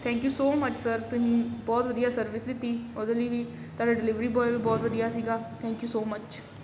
thank you so much sir ਤੁਸੀਂ ਬਹੁਤ ਵਧੀਆ ਸਰਵਿਸ ਦਿੱਤੀ ਉਹਦੇ ਲਈ ਵੀ ਤੁਹਾਡਾ ਡਿਲੀਵਰੀ ਬੁਆਏ ਵੀ ਬਹੁਤ ਵਧੀਆ ਸੀਗਾ ਥੈਂਕ ਯੂ ਸੋ ਮੱਚ